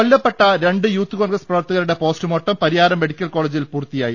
കൊല്ലപ്പെട്ട രണ്ട് യൂത്ത് കോൺഗ്രസ് പ്രവർത്ത ക രു ടെ പോസ്റ്റ്മോർട്ടം പരിയാരം മെഡിക്കൽ കോളജിൽ പൂർത്തിയായി